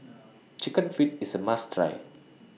Chicken Feet IS A must Try